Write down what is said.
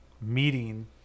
meeting